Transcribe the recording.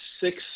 six